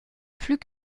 plus